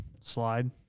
slide